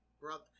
Brother